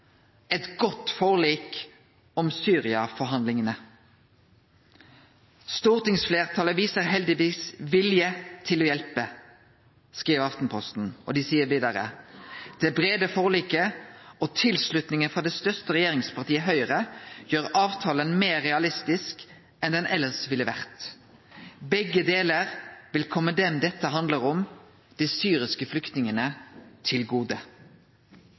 godt forlik om Syria-flyktninger»: «Stortingsflertallet viser heldigvis vilje til å hjelpe. Det brede forliket og tilslutningen fra det største regjeringspartiet Høyre gjør avtalen mer realistisk enn den ellers ville vært. Begge deler vil komme dem dette handler om, de syriske flyktningene, til gode.»